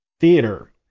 Theater